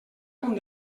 com